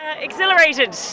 exhilarated